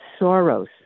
Soros